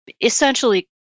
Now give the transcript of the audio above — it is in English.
essentially